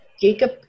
Jacob